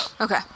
Okay